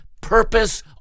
purpose